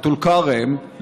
בטול כרם,